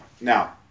now